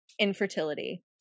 infertility